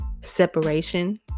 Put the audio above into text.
separation